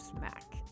Mac